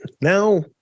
now